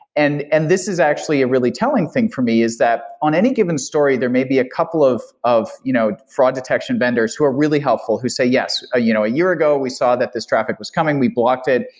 and and this is actually a really telling thing for me, is that on any given story there may be a couple of of you know fraud detection vendors who are really helpful who say, yes, ah you know a year ago we saw that this traffic was coming. we blocked it.